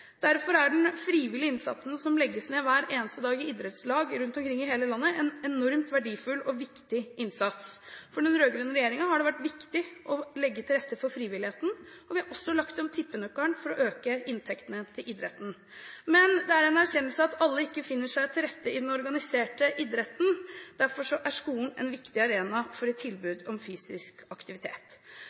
Derfor er den frivillige innsatsen som legges ned hver eneste dag i idrettslag rundt omkring i hele landet, en enormt verdifull og viktig innsats. For den rød-grønne regjeringen har det vært viktig å legge til rette for frivilligheten, og vi har også lagt om tippenøkkelen for å øke inntektene til idretten. Men det er en erkjennelse at ikke alle finner seg til rette i den organiserte idretten. Derfor er skolen en viktig arena for et tilbud om fysisk aktivitet,